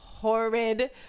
Horrid